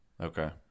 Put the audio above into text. okay